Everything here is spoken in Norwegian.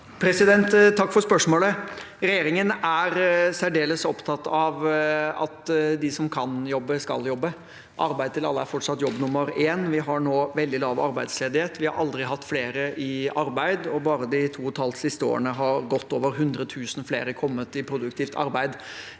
Takk for spørsmålet. Regjeringen er særdeles opptatt av at de som kan jobbe, skal jobbe. Arbeid til alle er fortsatt jobb nummer én. Vi har nå veldig lav arbeidsledighet. Vi har aldri hatt flere i arbeid. Bare de siste to og et halvt årene har godt over 100 000 flere kommet i produktivt arbeid.